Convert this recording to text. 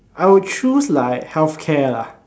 I would choose like healthcare lah